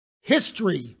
History